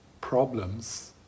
problems